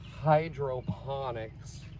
hydroponics